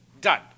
Done